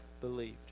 believed